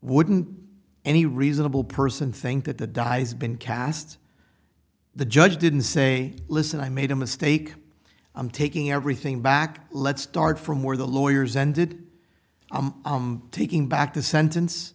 wouldn't any reasonable person think that the dies been cast the judge didn't say listen i made a mistake i'm taking everything back let's start from where the lawyers ended i'm taking back the sentence